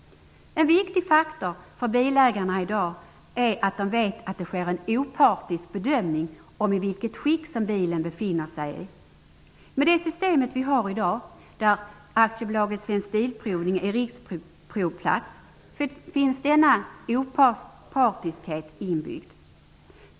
En viktig faktor för bilägarna i dag är att de vet att det sker en opartisk bedömning om i vilket skick som bilen befinner sig. I det system som vi har i dag, där AB Svensk Bilprovning är riksprovplats, finns denna opartiskhet inbyggd.